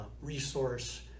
resource